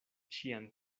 ŝian